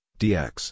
dx